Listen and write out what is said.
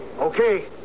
Okay